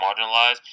marginalized